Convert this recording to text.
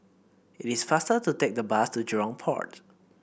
it is faster to take the bus to Jurong Port